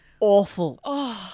awful